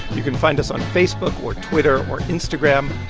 you can find us on facebook or twitter or instagram.